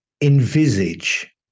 envisage